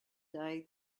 day